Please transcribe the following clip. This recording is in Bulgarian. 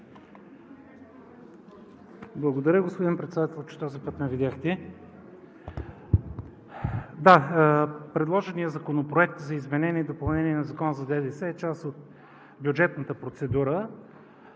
Благодаря, господин Председател, че този път ме видяхте. Да, предложеният Законопроект за изменение и допълнение на Закона за ДДС е част от бюджетната процедура.